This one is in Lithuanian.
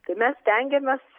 tai mes stengiamės